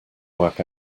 work